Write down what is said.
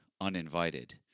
uninvited